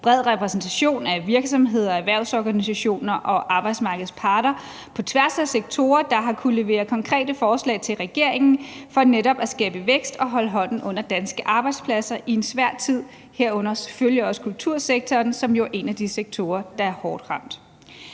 bred repræsentation af virksomheder, erhvervsorganisationer og arbejdsmarkedets parter på tværs af sektorer, der har kunnet levere konkrete forslag til regeringen for netop at skabe vækst og holde hånden under danske arbejdspladser i en svær tid, herunder selvfølgelig også kultursektoren, som jo er en af de sektorer, der er hårdt ramt.